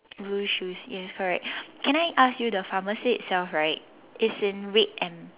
blue shoes yes correct can I ask you the pharmacy itself right it's in red and